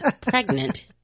pregnant